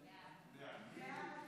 הצבעה.